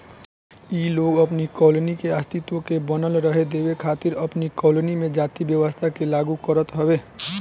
इ लोग अपनी कॉलोनी के अस्तित्व के बनल रहे देवे खातिर अपनी में जाति व्यवस्था के लागू करत हवे